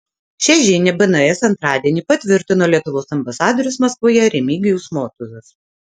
šią žinią bns antradienį patvirtino lietuvos ambasadorius maskvoje remigijus motuzas